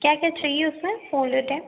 क्या क्या चाहिए उसमें फ़ाेन लेते टाइम